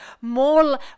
more